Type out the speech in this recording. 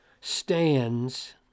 stands